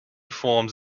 forms